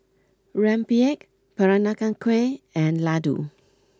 Rempeyek Peranakan Kueh and Laddu